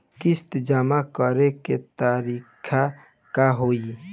किस्त जमा करे के तारीख का होई?